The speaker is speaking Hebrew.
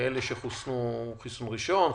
כאלה שחוסנו חיסון ראשון,